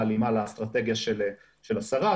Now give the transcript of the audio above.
בהלימה לאסטרטגיה של השרה,